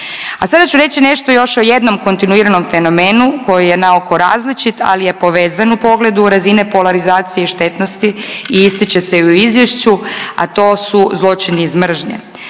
A sada ću reći nešto još o jednom kontinuiranom fenomenu koji je naoko različit, ali je povezan u pogledu razine polarizacije štetnosti i ističe se i u izvješću, a to su zločini iz mržnje.